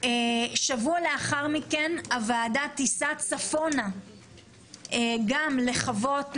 שבוע לאחר מכן הוועדה תיסע צפונה גם לחוות,